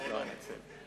אני אומר לו.